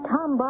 Tom